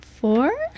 Four